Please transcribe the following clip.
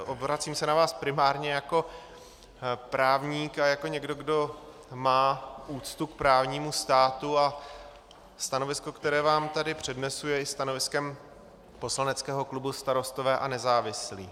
Obracím se na vás primárně jako právník a jako někdo, kdo má úctu k právnímu státu, a stanovisko, které vám tady přednesu, je i stanoviskem poslaneckého klubu Starostové a nezávislí.